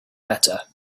better